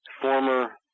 former